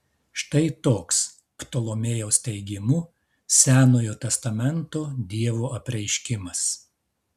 štai toks ptolomėjaus teigimu senojo testamento dievo apreiškimas